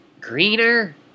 greener